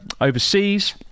overseas